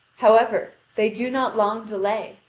however, they do not long delay,